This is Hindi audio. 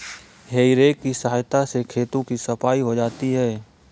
हेइ रेक की सहायता से खेतों की सफाई हो जाती है